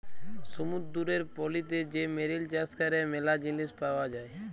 সমুদ্দুরের পলিতে যে মেরিল চাষ ক্যরে ম্যালা জিলিস পাওয়া যায়